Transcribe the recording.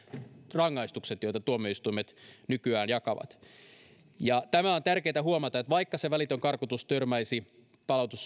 rangaistukset joita tuomioistuimet nykyään jakavat tämä on tärkeätä huomata että vaikka se välitön karkotus törmäisi